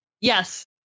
Yes